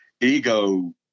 ego